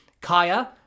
Kaya